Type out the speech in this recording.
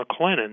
McLennan